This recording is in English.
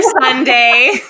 Sunday